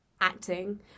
acting